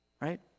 Right